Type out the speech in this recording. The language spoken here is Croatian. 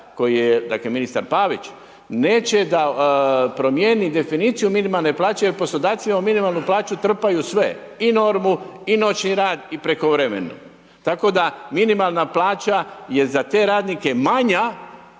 koji je dakle, ministar Pavić, neće da promijeni definiciju minimalne plaće jer poslodavci u minimalnu plaću trpaju sve i normu i noćni rad i prekovremeni. Tako da minimalna plaća je za te radnika, manja